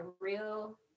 real